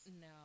No